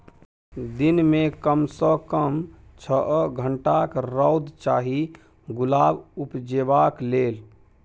दिन मे कम सँ कम छअ घंटाक रौद चाही गुलाब उपजेबाक लेल